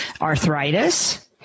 arthritis